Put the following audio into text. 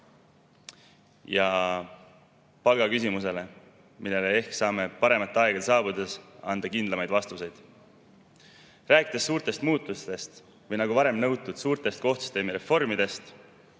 ja palgaküsimusele, millele ehk saame paremate aegade saabudes anda kindlamaid vastuseid. Rääkides suurtest muutustest või nagu varem nõutud, suurtest kohtusüsteemi reformidest,